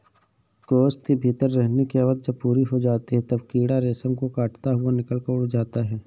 कोश के भीतर रहने की अवधि जब पूरी हो जाती है, तब कीड़ा रेशम को काटता हुआ निकलकर उड़ जाता है